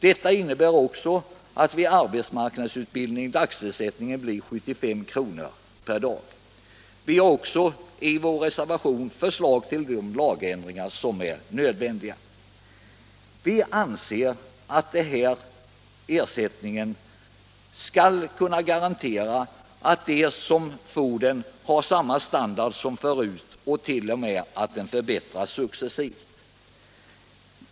Detta innebär också att vid arbetsmarknadsutbildning dagsersättningen blir 75 kr. per dag. I vår reservation finns förslag till de nödvändiga lagändringarna. Vi anser att ersättningen skall kunna garantera mottagarna samma standard som den de hade förut, ja, t.o.m. en successiv förbättring.